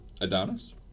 Adonis